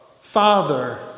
Father